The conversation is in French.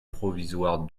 provisoire